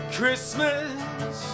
Christmas